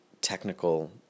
technical